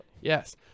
yes